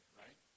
right